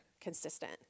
consistent